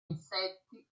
insetti